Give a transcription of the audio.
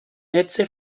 netze